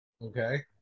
Okay